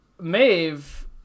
Maeve